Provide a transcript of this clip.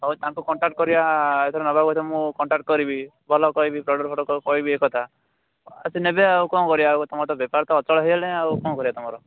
ହଉ ତାଙ୍କୁ କଣ୍ଟାକ୍ଟ କରିବା ଆଉ ଥରେ ନେବାକୁ ମୁଁ କଣ୍ଟାକ୍ଟ କରିବି ଭଲ କହିବି କହିବି ଏ କଥା ଆରେ ସେ ନେବେ ଆଉ କ'ଣ କରିବା ତୁମର ତ ବେପାର ତ ଅଚଳ ହେଇଗଲାଣି ଆଉ କ'ଣ କରିବା ତୁମର